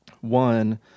One